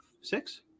six